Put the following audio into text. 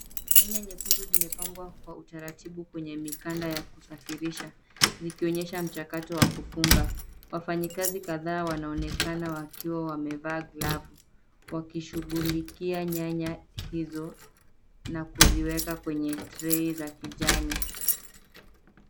Nyanya nyekundu zimepangwa kwa utaratibu kwenye mikanda ya kusafirisha; zikionyesha mchakato wa kufunga. Wafanyikazi kadhaa wanaonekana wakiwa wamevaa glavu, wakishughulikia nyanya hizo na kuziweka kwa trei za kijani.